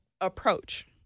Approach